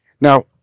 Now